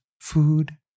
food